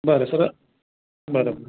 बरं सर बरं